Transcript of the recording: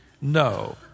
no